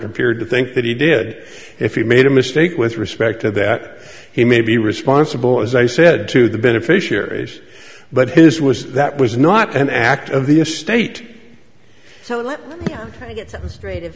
appeared to think that he did if he made a mistake with respect to that he may be responsible as i said to the beneficiaries but his was that was not an act of the estate so